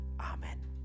Amen